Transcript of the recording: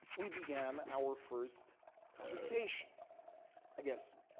we began our first conversation i guess,